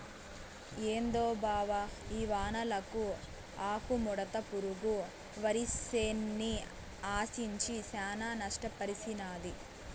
ఏందో బావ ఈ వానలకు ఆకుముడత పురుగు వరిసేన్ని ఆశించి శానా నష్టపర్సినాది